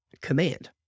command